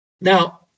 Now